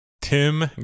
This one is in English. Tim